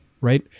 right